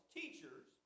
teachers